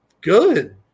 good